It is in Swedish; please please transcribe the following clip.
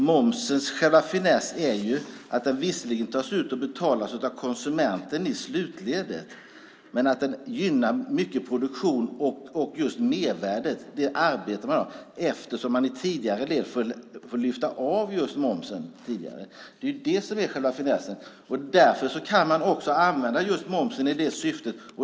Momsens själva finess är att den visserligen tas ut och betalas av konsumenten i slutledet men att den gynnar mycket produktion och just mervärdet, det arbete man har, eftersom man i tidigare led får lyfta av just momsen. Det är själva finessen. Man kan också använda momsen i det syftet.